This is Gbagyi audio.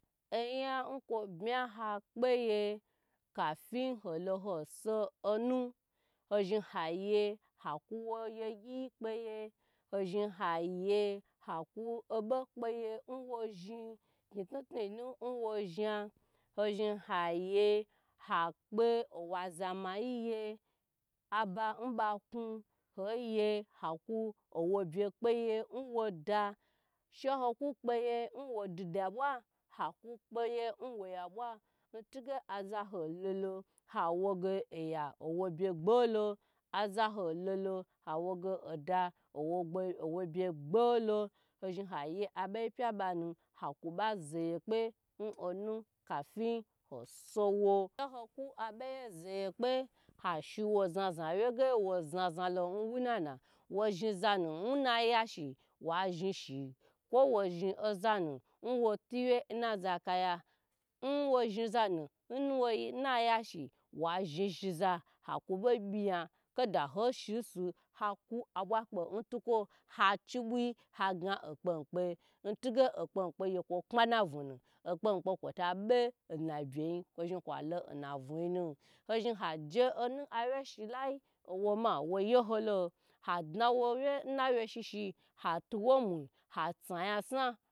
Oyan kwo bmo ha kpeye kafi holo oso onu ho zhi haye haku wo ye gyiyi kpeyi ho zhn haye haku obo kpeye owo zhn kni knu knu yi nu nwo zha ho zhn haye hakpe owaza mayi ye aba nbak hoyi haku owo be kpeyi obye mwoda she hoku kpeye nwo dide bwa haku kpe ye nwo ya bwa ntige azaho lolo awo oya owo bye gboholo azahololo awoge oda ge owo byu gboholo ho zhi haya aboyi pya banu haku ba zeye kpe hu onu kapi hoshilwo she haku abeye zo ye kpe hashiwo zaza wye ge wo zaza lo wo nana nnayashi wa zhi shi kwo wo zhn ozanu nwoh'wye ne zakaya nwo zho zanu nnayashi wa zhishiza haka bo biya kada hoshi nsu haku abwa kpe ntukwo hachi bwii haga hokpe mi kpe ntige hokpe mi kpe gye kwo kpe na vunu okpemi kpe kwota be na bye yin kwo kwalo navuyina ho zhn haje onu hauy shilai how omce woye holo dna wo wye nnawye shishi hat uwomu hasna yasna